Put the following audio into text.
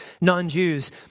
non-Jews